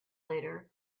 later